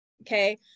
Okay